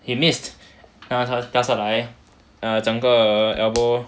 he missed out 然后他掉下来 err 整个 elbow